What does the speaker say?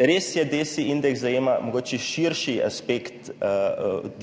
Res je, DESI indeks mogoče zajema širši aspekt